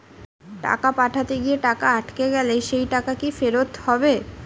টাকা পাঠাতে গিয়ে টাকা আটকে গেলে সেই টাকা কি ফেরত হবে?